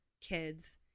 kids